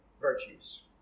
virtues